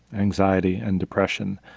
anxiety and depression,